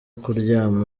kuryama